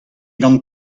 gant